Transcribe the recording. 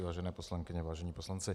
Vážené poslankyně, vážení poslanci.